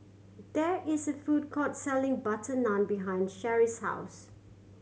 there is a food court selling butter naan behind Sheri's house